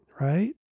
right